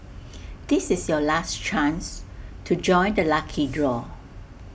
this is your last chance to join the lucky draw